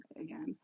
again